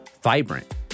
vibrant